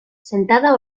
sentada